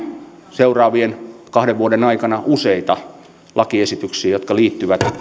seuraavien kahden vuoden aikana useita lakiesityksiä jotka liittyvät